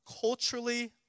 Culturally